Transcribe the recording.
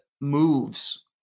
moves